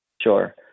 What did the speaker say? Sure